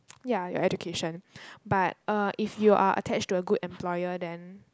ya your education but uh if you are attached to a good employer then